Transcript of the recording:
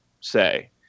say